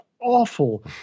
awful